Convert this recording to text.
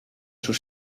sus